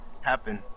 happen